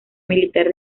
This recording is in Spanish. militar